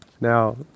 Now